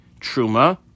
Truma